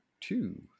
two